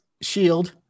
Shield